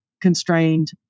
constrained